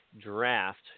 draft